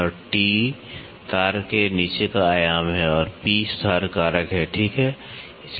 और T तार के नीचे का आयाम है और P सुधार कारक है ठीक है